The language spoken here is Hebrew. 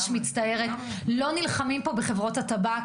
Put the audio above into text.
לא נלחמים פה בחברות הטבק,